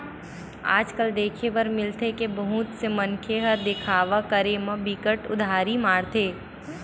आज कल देखे बर मिलथे के बहुत से मनखे ह देखावा करे म बिकट उदारी मारथे